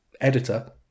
editor